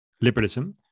liberalism